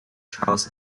charles